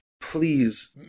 Please